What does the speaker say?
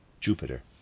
Jupiter